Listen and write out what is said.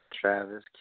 Travis